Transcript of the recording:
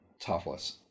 topless